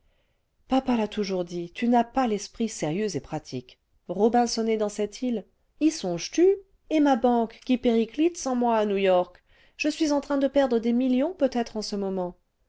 papa l'a toujours dit tu n'as pas l'esprit sérieux et pra tique robinsonner dans cette île y songes-tu et ma banque qui périclite sans moi à ne w york je suis en train de perdre des millions peut-être en ce moment